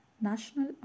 National